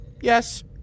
Yes